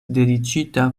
dediĉita